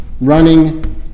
running